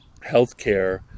healthcare